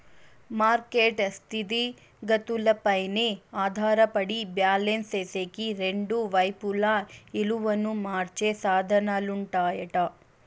market స్థితిగతులపైనే ఆధారపడి balance సేసేకి రెండు వైపులా ఇలువను మార్చే సాధనాలుంటాయట